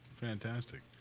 Fantastic